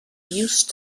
used